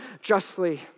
justly